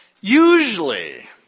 Usually